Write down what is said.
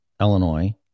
Illinois—